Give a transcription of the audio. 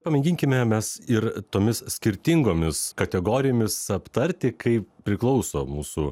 pamėginkime mes ir tomis skirtingomis kategorijomis aptarti kaip priklauso mūsų